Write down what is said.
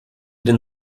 den